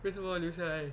为什么流下来